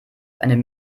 einem